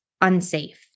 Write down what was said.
unsafe